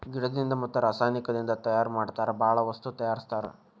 ಗಿಡದಿಂದ ಮತ್ತ ರಸಾಯನಿಕದಿಂದ ತಯಾರ ಮಾಡತಾರ ಬಾಳ ವಸ್ತು ತಯಾರಸ್ತಾರ